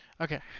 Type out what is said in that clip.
okay